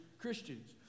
Christians